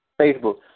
Facebook